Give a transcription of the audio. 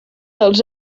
dels